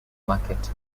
market